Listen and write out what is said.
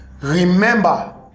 remember